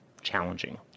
challenging